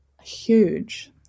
huge